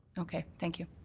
okay. thank you.